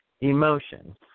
emotions